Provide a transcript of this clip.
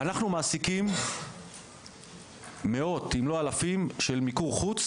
אנחנו מעסיקים מאות, אם לא אלפים, של מיקור חוץ